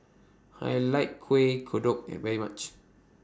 I like Kuih Kodok very much